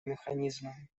механизмами